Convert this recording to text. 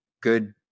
good